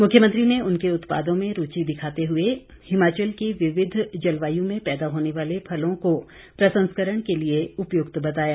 मुख्यमंत्री ने उनके उत्पादों में रूचि दिखाते हए हिमाचल की विविघ जलवायु में पैदा होने वाले फलों को प्रसंस्करण के लिए उपयुक्त बताया